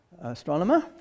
astronomer